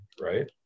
right